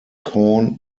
corn